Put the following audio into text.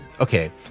okay